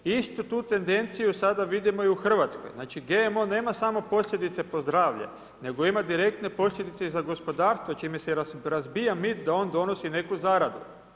Istu tu tendenciju sada vidimo i u Hrvatskoj, znači GMO nema samo posljedice po zdravlje nego ima direktne posljedice i za gospodarstvo čime se razbija mit da on donosi neku zaradu.